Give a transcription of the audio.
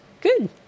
Good